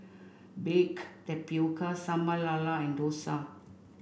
Baked Tapioca Sambal Lala and Dosa